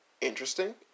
interesting